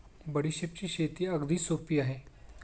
बडीशेपची शेती अगदी सोपी आहे